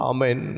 Amen